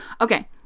Okay